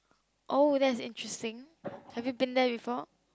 oh that is interesting have you been there before